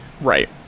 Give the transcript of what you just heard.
Right